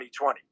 2020